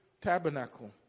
tabernacle